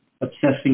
obsessing